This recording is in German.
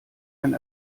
ein